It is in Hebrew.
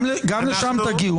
גם לשם תגיעו.